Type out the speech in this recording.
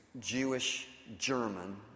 Jewish-German